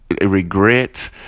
regret